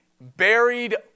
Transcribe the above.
buried